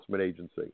agency